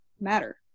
matter